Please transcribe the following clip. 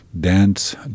dance